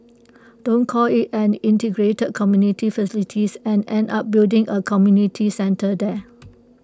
don't call IT an integrated community facilities and end up building A community centre there